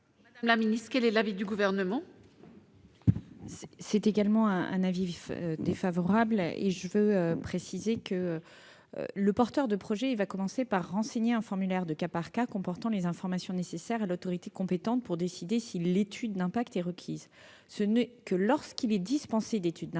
donc défavorable. Quel est l'avis du Gouvernement ? Je tiens à préciser que le porteur de projet commencera par renseigner un formulaire « cas par cas » comportant les informations nécessaires à l'autorité compétente pour décider si l'étude d'impact est requise. Ce n'est que lorsqu'il est dispensé d'étude d'impact